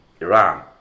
Iran